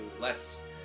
less